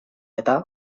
eta